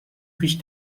wish